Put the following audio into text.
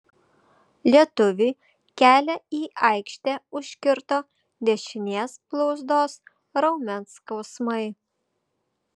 lietuviui kelią į aikštę užkirto dešinės blauzdos raumens skausmai